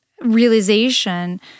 realization